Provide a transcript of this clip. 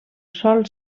sol